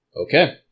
Okay